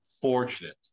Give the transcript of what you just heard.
fortunate